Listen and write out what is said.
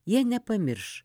jie nepamirš